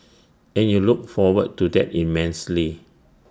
and you look forward to that immensely